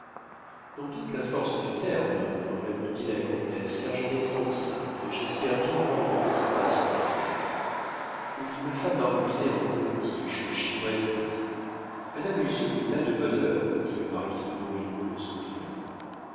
dans toute la force du terme répondit la comtesse car j'en ai trente-cinq et j'espère bien avoir une petite passion au cœur oui ma femme m'a ruinée en potiches en chinoiseries madame a eu ce goût là de bonne heure dit le marquis de montriveau en souriant